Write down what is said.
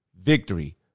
victory